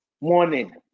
Morning